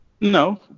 No